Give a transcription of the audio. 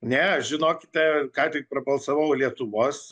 ne žinokite ką tik prabalsavau lietuvos